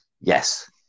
yes